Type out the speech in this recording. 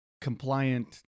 compliant